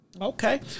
Okay